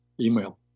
email